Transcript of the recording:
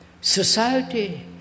society